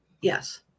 Yes